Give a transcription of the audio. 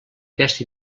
aquest